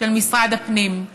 של משרד הפנים.